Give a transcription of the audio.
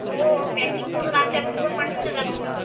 हो हो पॅकिंग करून आमच्या रूमवर पाठवून दे तुम्ही